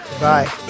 bye